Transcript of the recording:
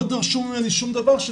לא דרשו ממני שום דבר.